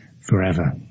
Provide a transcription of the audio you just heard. forever